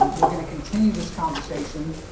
um we're going to continue this conversation,